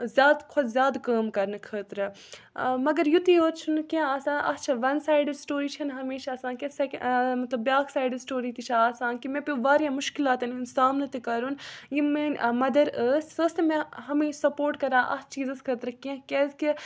زیادٕ کھۄتہٕ زیادٕ کٲم کَرنہٕ خٲطرٕ مگر یُتے یوت چھُنہٕ کینٛہہ آسان اَتھ چھِ وَن سایڈِڈ سٕٹوری چھَنہٕ ہمیشہِ آسان کینٛہہ سٮ۪ک مطلب بیٛاکھ سایڈ سٹوری تہِ چھِ آسان کہِ مےٚ پیوٚو واریاہ مُشکِلاتَن ہُنٛد سامنہٕ تہِ کَرُن یِم میٛٲنۍ مَدَر ٲسۍ سۄ ٲس نہٕ مےٚ ہمیشہِ سَپوٹ کَران اَتھ چیٖزَس خٲطرٕ کینٛہہ کیٛازِکہِ